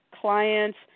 clients